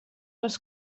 les